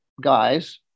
guys